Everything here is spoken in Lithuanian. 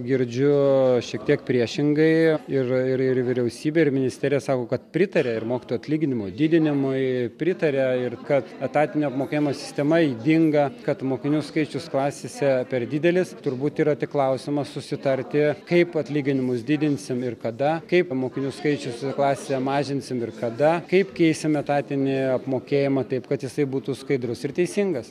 girdžiu šiek tiek priešingai ir ir vyriausybė ir ministerija sako kad pritaria ir mokytojų atlyginimų didinimui pritaria ir kad etatinio apmokėjimo sistema ydinga kad mokinių skaičius klasėse per didelis turbūt yra tik klausimas susitarti kaip atlyginimus didinsim ir kada kaip mokinių skaičius klasėse mažinsim ir kada kaip keisim etatinį apmokėjimą taip kad jisai būtų skaidrus ir teisingas